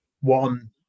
one